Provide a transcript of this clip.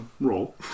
Roll